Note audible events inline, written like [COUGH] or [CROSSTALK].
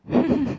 [LAUGHS]